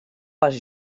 pas